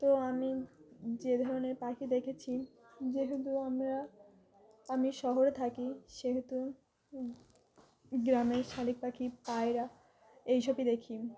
তো আমি যে ধরনের পাখি দেখেছি যেহেতু আমরা আমি শহরে থাকি সেহেতু গ্রামের শারি পাখি পায়রা এই সবই দেখি